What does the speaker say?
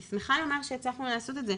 ואני שמחה לומר שהצלחנו לעשות את זה,